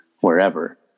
wherever